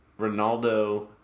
Ronaldo